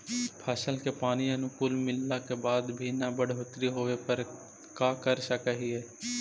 फसल के पानी अनुकुल मिलला के बाद भी न बढ़ोतरी होवे पर का कर सक हिय?